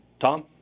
Tom